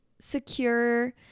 secure